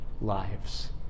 lives